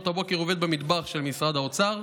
בשעות הבוקר הוא עובד במטבח של משרד האוצר,